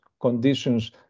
conditions